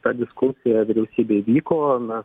ta diskusija vyriausybėj vyko na